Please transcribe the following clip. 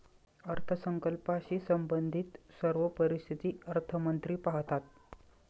अर्थसंकल्पाशी संबंधित सर्व परिस्थिती अर्थमंत्री पाहतात